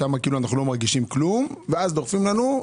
שם אנחנו כאילו לא מרגישים כלום ואז דוחפים לנו,